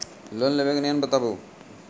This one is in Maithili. लोन लेबे के नियम बताबू?